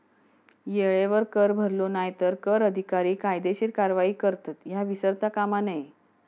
येळेवर कर भरलो नाय तर कर अधिकारी कायदेशीर कारवाई करतत, ह्या विसरता कामा नये